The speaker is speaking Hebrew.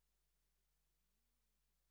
בעניין צירופו של השר מאיר פרוש כחבר הממשלה,